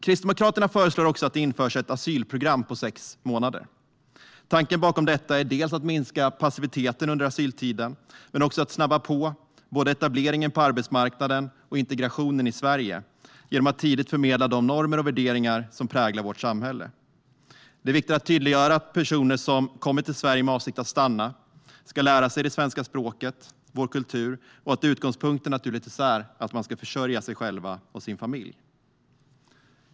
Kristdemokraterna föreslår också att det införs ett asylprogram på sex månader. Tanken bakom detta är att minska passiviteten under asyltiden men också att snabba på både etableringen på arbetsmarknaden och integrationen i Sverige genom att tidigt förmedla de normer och värderingar som präglar vårt samhälle. Det är viktigt att tydliggöra att personer som kommer till Sverige med avsikt att stanna ska lära sig det svenska språket och vår kultur och att utgångspunkten naturligtvis är att man ska försörja sig själv och sin familj.